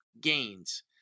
gains